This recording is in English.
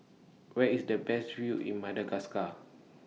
Where IS The Best View in Madagascar